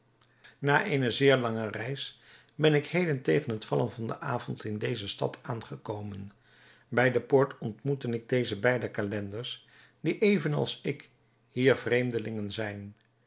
na eene zeer lange reis ben ik heden tegen het vallen van den avond in deze stad aangekomen bij de poort ontmoette ik deze beide calenders die even als ik hier vreemdelingen zijn